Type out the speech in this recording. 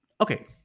okay